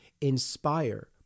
inspire